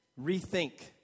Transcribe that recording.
rethink